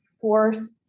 force